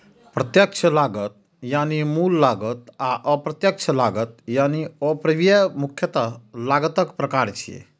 प्रत्यक्ष लागत यानी मूल लागत आ अप्रत्यक्ष लागत यानी उपरिव्यय मुख्यतः लागतक प्रकार छियै